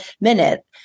minute